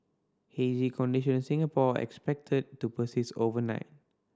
hazy condition in Singapore expected to persist overnight